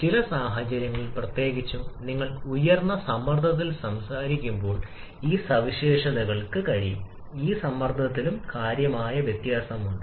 പക്ഷേ ചില സാഹചര്യങ്ങൾ പ്രത്യേകിച്ചും നിങ്ങൾ ഉയർന്ന സമ്മർദ്ദത്തിൽ സംസാരിക്കുമ്പോൾ ഈ സവിശേഷതകൾക്ക് കഴിയും സമ്മർദ്ദത്തിലും കാര്യമായ വ്യത്യാസമുണ്ട്